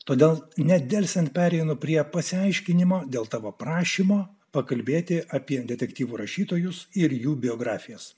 todėl nedelsiant pereinu prie pasiaiškinimo dėl tavo prašymo pakalbėti apie detektyvų rašytojus ir jų biografijas